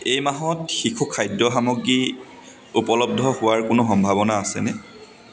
এই মাহত শিশুৰ খাদ্য সামগ্ৰী উপলব্ধ হোৱাৰ কোনো সম্ভাৱনা আছেনে